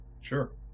Sure